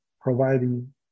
providing